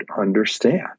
understand